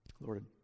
Lord